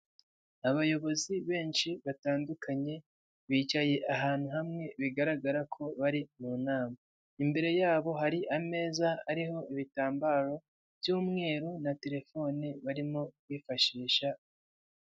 Abayobozi benshi batandukanye bicaye ahantu hamwe bigaragara ko bari mu nama, imbere yabo hari ameza ariho ibitambaro by'umweru na telefone barimo kwifashisha.